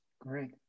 Great